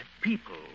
people